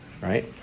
right